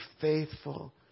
faithful